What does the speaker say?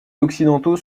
occidentaux